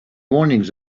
warnings